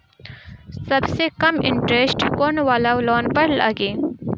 सबसे कम इन्टरेस्ट कोउन वाला लोन पर लागी?